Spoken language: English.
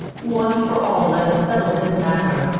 once for all let us settle this matter.